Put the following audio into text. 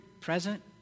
present